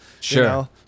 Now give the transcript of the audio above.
Sure